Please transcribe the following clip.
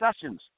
Sessions